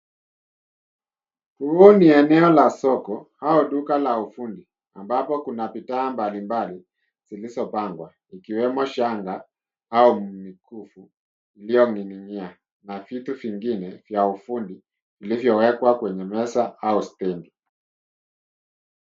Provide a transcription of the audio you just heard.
Huo ni eneo la soko, au duka la ufundi, ambapo kuna bidhaa mbali mbali zilizopangwa, ikiwemo shanga, au mikufu iliyo ninginia na vitu vingine vya ufundi, vilivyowekwa kwenye meza au stendi.